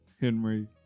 Henry